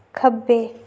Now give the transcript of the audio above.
खब्बे